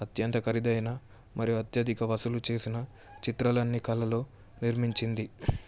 అత్యంత ఖరీదైన మరియు అత్యధిక వసూలు చేసిన చిత్రలన్ని కళలు నిర్మించింది